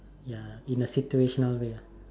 ya in a situational way ah